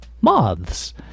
moths